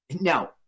now